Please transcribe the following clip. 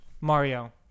Mario